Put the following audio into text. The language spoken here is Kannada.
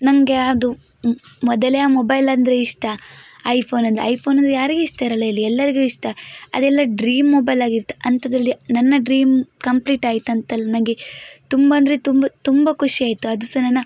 ನನ್ಗೆಗೆ ಅದು ಮೊದಲೆ ಆ ಮೊಬೈಲ್ ಅಂದರೆ ಇಷ್ಟ ಐ ಫೋನಂದ್ರೆ ಐ ಫೋನಂದ್ರೆ ಯಾರಿಗೆ ಇಷ್ಟ ಇರಲ್ಲ ಹೇಳಿ ಎಲ್ಲರಿಗು ಇಷ್ಟ ಅದೆಲ್ಲ ಡ್ರೀಮ್ ಮೊಬೈಲ್ ಆಗಿತ್ತು ಅಂಥದ್ರಲ್ಲಿ ನನ್ನ ಡ್ರೀಮ್ ಕಂಪ್ಲೀಟ್ ಆಯ್ತು ಅಂತಲ್ಲ ನನ್ಗೆ ತುಂಬ ಅಂದರೆ ತುಂಬ ತುಂಬ ಖುಷಿ ಆಯಿತು ಅದು ಸಹ ನನ್ನ